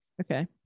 Okay